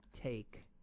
take